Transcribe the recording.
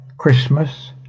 Christmas